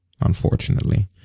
unfortunately